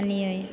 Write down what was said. मानियै